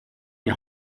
die